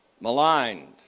maligned